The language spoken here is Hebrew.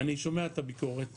אני שומע את הביקורת